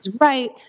right